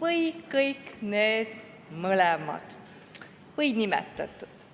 või kõik need nimetatud.